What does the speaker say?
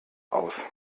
aus